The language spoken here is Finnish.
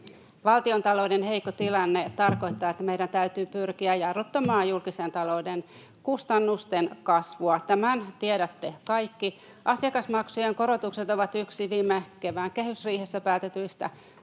Valtiontalouden heikko tilanne tarkoittaa, että meidän täytyy pyrkiä jarruttamaan julkisen talouden kustannusten kasvua. Tämän tiedätte kaikki. Asiakasmaksujen korotukset ovat yksi viime kevään kehysriihessä päätetyistä toimista,